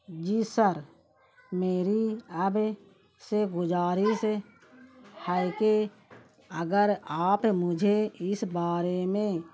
جی sir میری اب سے گزارش ہے کہ اگر آپ مجھے اس بارے میں